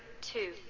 two